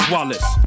Wallace